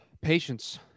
Patience